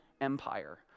Empire